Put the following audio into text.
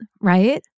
right